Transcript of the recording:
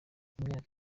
imyaka